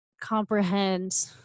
comprehend